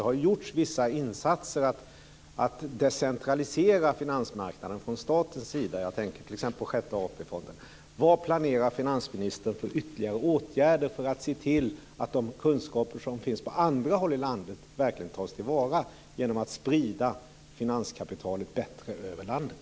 Det har gjorts vissa insatser från statens sida för att decentralisera finansmarknaden - jag tänker t.ex. på Sjätte AP-fonden. Vad planerar finansministern för ytterligare åtgärder för att se till att de kunskaper som finns på andra håll i landet verkligen tas till vara genom att sprida finanskapitalet bättre över landet?